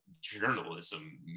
journalism